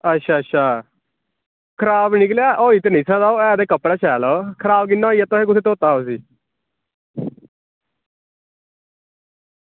अच्छा अच्छा खराब निकलेआ होई ते निं सकदा ऐ ते कपड़ा शैल ऐ ओह् खराब कि'यां होई गेआ तुसें कि'यां धोता उसी